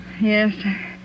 Yes